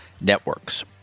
networks